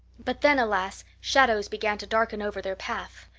but then, alas, shadows began to darken over their path.